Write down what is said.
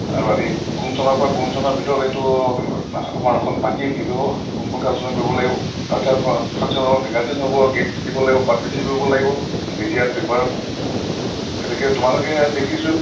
আৰু আমি কোন চনৰ পৰা কোন চনৰ ভিতৰত এইটো সমাৰোহখন পাতিম সেইসম্পৰ্কে আলোচনা কৰিব লাগিব কালচাৰেল ফাংচন হ'ব মেগাজিন হ'ব গেট চিট দিব লাগিব পাব্লিচিটি কৰিব লাগিব মিডিয়াত পেপাৰত গতিকে তোমালোকে দেখিছোঁ